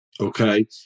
okay